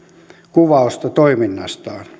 kuvausta toiminnastaan